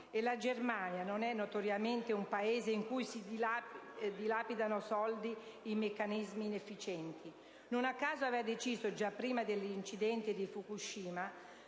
E la Germania non è notoriamente un Paese in cui si dilapidano soldi in meccanismi inefficienti: non a caso aveva deciso, già prima dell'incidente di Fukushima,